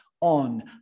on